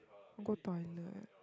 go toilet